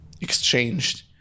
exchanged